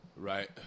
right